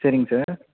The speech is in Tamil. சரிங்க சார்